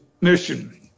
mission